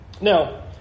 Now